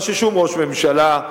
מה ששום ראש ממשלה,